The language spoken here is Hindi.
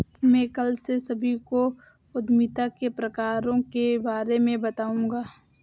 मैं कल से सभी को उद्यमिता के प्रकारों के बारे में बताऊँगा